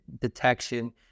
detection